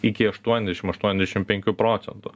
iki aštuoniasdešim aštuoniasdešim penkių procentų